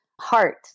heart